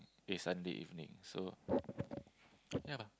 eh Sunday evening so yeah